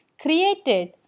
created